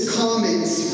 comments